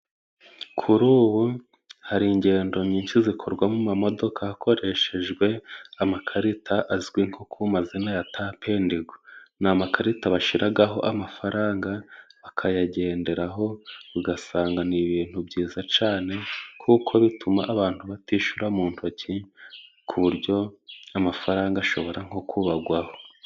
Kuri ubu hari ingendo nyinshi zikorwamo mu mamodoka hakoreshejwe amakarita azwi nko ku mazina ya tapendigo. Ni amakarita bashyiraho amafaranga bakayagenderaho, ugasanga ni ibintu byiza cyane kuko bituma abantu batishyura mu ntoki ku buryo amafaranga ashobora nko kubagwaho.